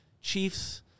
Chiefs